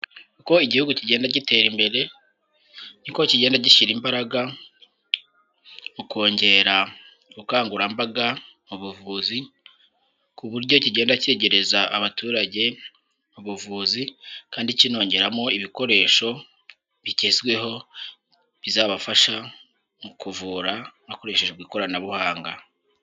Uko igihugu kigenda gitera imbere ni ko kigenda gishyira imbaraga ukongera ubukangurambaga mu buvuzi, ku buryo kigenda cyegereza abaturage ubuvuzi, kandi kinongeramo ibikoresho bigezweho bizabafasha mu kuvura hakoreshejwe ikoranabuhanga.